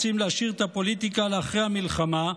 רוצים להשאיר את הפוליטיקה לאחרי המלחמה,